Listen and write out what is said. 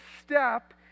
step